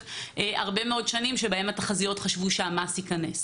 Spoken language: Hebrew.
הרבה מאוד שנים שבהן התחזיות חשבו שהמס ייכנס.